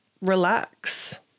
relax